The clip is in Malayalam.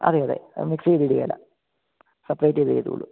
അതെയതെ അത് മിക്സ് ചെയ്ത് ഇടുകയില്ല സെപ്പറേറ്റ് ചെയ്തിട്ടേ ഇടുകയുള്ളൂ